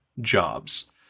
jobs